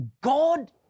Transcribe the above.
God